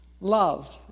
Love